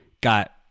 got